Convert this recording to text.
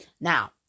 Now